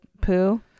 poo